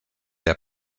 der